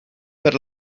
per